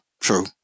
True